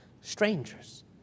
strangers